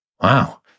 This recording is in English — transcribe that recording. Wow